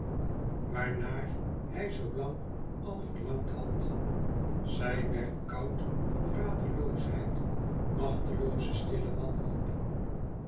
waarnaar hij zoo lang al verlangdhad zij werd koud van radeloosheid machtelooze stille wanhoop